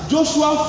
Joshua